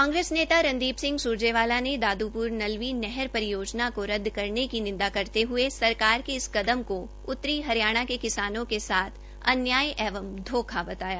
कांग्रेस नेता रणदीप स्रजेवाला ने दाद्प्र नलवी नहर परियोजना को रद्द करने की निंदा करते हये सरकार के इस कदम को उत्तरी हरियाणा के किसानों के साथ अन्याय एवं धोखा बताया